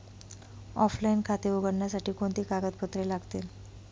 Offline खाते उघडण्यासाठी कोणती कागदपत्रे लागतील?